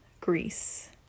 Greece